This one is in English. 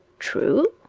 true?